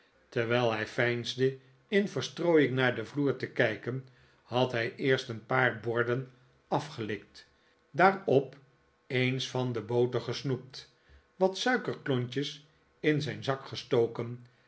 terwijl hij veinsde in verstrooiing naar den vloer te kijken had hij eerst een paar borden afgelikt daarop eens van de boter gesnoept wat suikerklontjes in zijn zak gestoken